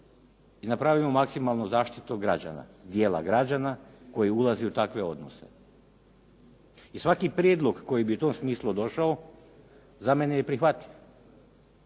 i napravimo maksimalnu zaštitu građana, dijela građana koji ulazi u takve odnose. I svaki prijedlog koji bi u tom smislu došao za mene je prihvatljiv.